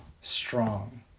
strong